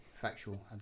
factual